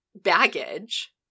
baggage